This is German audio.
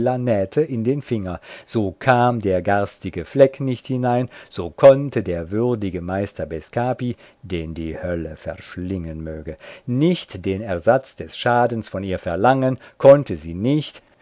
in den finger so kam der garstige fleck nicht hinein so konnte der würdige meister bescapi den die hölle verschlingen möge nicht den ersatz des schadens von ihr verlangen konnte sie nicht